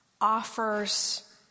offers